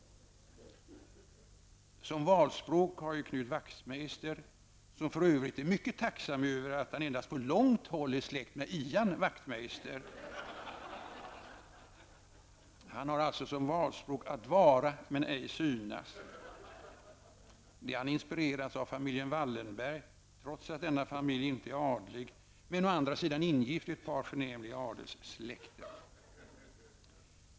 Som valspråk har ju Knut Wachtmeister, som för övrigt är mycket tacksam över att han endast på långt håll är släkt med Ian Wachtmeister, att vara men ej synas. Däri har han inspirerats av familjen Wallenberg, trots att denna familj inte är adlig men å andra sidan ingift i ett par förnämliga adelssläkter.